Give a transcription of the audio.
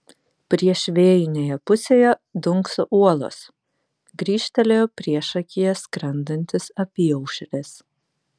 priešvėjinėje pusėje dunkso uolos grįžtelėjo priešakyje skrendantis apyaušris